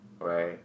Right